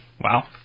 Wow